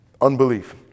Unbelief